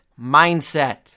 mindset